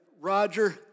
Roger